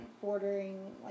bordering